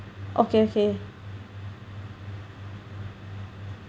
okay okay